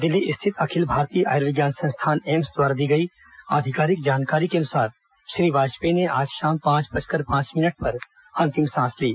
नई दिल्ली स्थित अखिल भारतीय आयुर्विज्ञान संस्थान एम्स द्वारा दी गई आधिकारिक जानकारी को अनुसार श्री वाजपेयी ने आज शाम पांच बजकर पांच मिनट पर अंतिम सांस ली